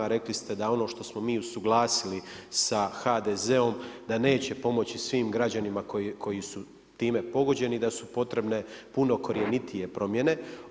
Rekli ste da ono što smo mi usuglasili sa HDZ-om da neće pomoći svim građanima koji su time pogođeni, da su potrebne puno korjenitije promjene.